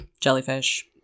jellyfish